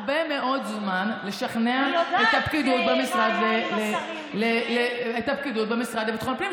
לקח הרבה מאוד זמן לשכנע את הפקידים במשרד לביטחון פנים.